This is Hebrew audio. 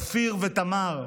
אופיר ותמר.